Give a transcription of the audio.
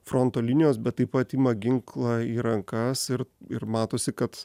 fronto linijos bet taip pat ima ginklą į rankas ir ir matosi kad